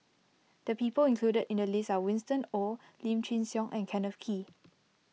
the people included in the list are Winston Oh Lim Chin Siong and Kenneth Kee